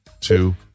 two